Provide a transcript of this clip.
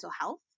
health